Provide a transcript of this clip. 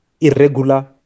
irregular